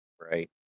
Right